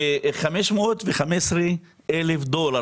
ב-515,000 דולר.